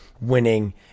winning